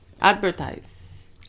advertise